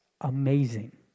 amazing